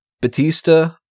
Batista